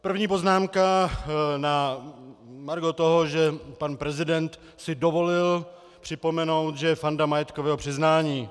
První poznámka na margo toho, že pan prezident si dovolil připomenout, že je fanda majetkového přiznání.